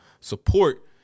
support